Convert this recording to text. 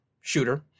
shooter